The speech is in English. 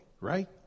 right